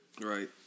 Right